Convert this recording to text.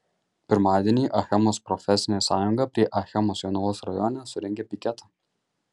pirmadienį achemos profesinė sąjunga prie achemos jonavos rajone surengė piketą